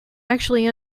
actually